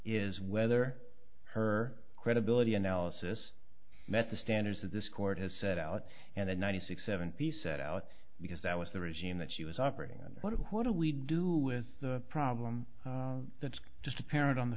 is whether her credibility analysis met the standards that this court has set out and that ninety six seven p set out because that was the regime that she was operating on what what do we do with the problem that's just apparent on the